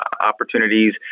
opportunities